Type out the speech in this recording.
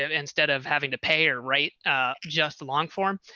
ah instead of having to pay or write just long form,